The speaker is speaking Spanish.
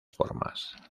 formas